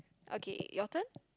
okay your turn